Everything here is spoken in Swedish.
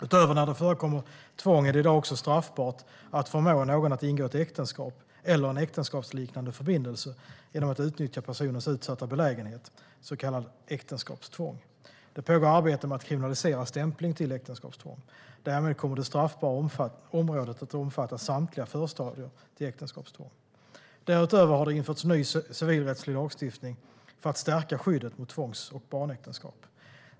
Utöver när det förekommer tvång är det i dag också straffbart att förmå någon att ingå ett äktenskap eller en äktenskapsliknande förbindelse genom att utnyttja personens utsatta belägenhet, så kallat äktenskapstvång. Det pågår arbete med att kriminalisera stämpling till äktenskapstvång. Därmed kommer det straffbara området att omfatta samtliga förstadier till äktenskapstvång. Därutöver har det införts ny civilrättslig lagstiftning för att stärka skyddet mot tvångs och barnäktenskap.